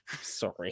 Sorry